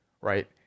Right